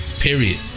Period